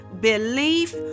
belief